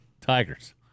Tigers